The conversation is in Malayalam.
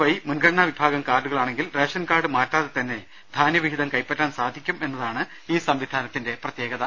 വൈ മുൻഗണനാ വിഭാഗം കാർഡുകളാണെങ്കിൽ റേഷൻ കാർഡ് മാറ്റാതെ തന്നെ ധാന്യവിഹിതം കൈപ്പറ്റാൻ സാധിക്കുമെ ന്നതാണ് ഈ സംവിധാനത്തിന്റെ പ്രത്യേകത